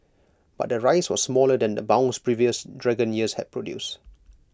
but the rise was smaller than the bounce previous dragon years had produced